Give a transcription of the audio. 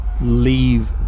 leave